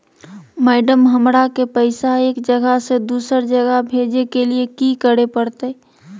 Madam, हमरा के पैसा एक जगह से दुसर जगह भेजे के लिए की की करे परते?